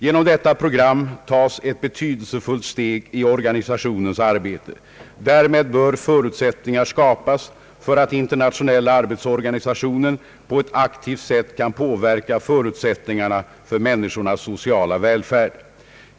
Genom detta program tas ett betydelsefullt steg i organisationens arbete därmed att förutsättningar skapas för att Internationella arbetsorganisationen på ett aktivt sätt kan påverka förutsättningarna för människornas sociala välfärd.